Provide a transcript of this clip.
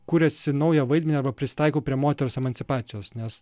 kuriasi naują vaidmenį arba prisitaiko prie moters emancipacijos nes